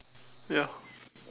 ya